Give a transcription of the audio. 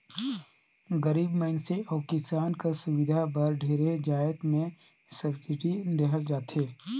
गरीब मइनसे अउ किसान कर सुबिधा बर ढेरे जाएत में सब्सिडी देहल जाथे